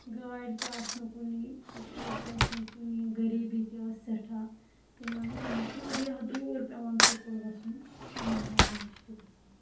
گٲڑِ تہِ آسہٕ نہٕ کُنی سکوٗل تہِ اوس نہٕ کُنی غریٖبی تہِ ٲس سٮ۪ٹھاہ تِمَن ٲس واریاہ دوٗر پیٚوان سکوٗل گژھُن اننت ناگ ڈِسٹِکَس منٛز